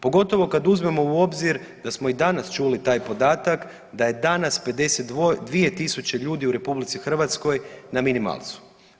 Pogotovo kad uzmemo u obzir da smo i danas čuli taj podatak da je danas 52 tisuće ljudi u RH na minimalcu.